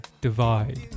divide